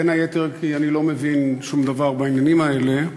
בין היתר כי אני לא מבין שום דבר בעניינים האלה,